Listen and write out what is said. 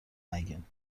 نگین